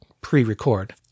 pre-record